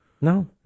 No